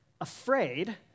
afraid